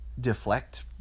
deflect